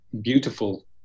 beautiful